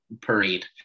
parade